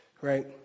right